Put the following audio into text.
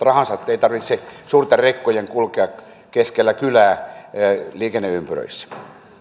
rahansa ettei tarvitse suurten rekkojen kulkea keskellä kylää liikenneympyröissä